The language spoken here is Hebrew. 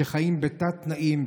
שחיים בתת-תנאים,